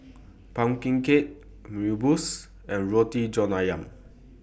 Pumpkin Cake Mee Rebus and Roti John Ayam